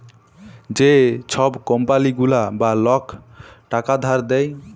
যে ছব কম্পালি গুলা বা লক টাকা ধার দেয়